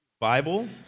Bible